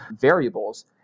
variables